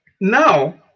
Now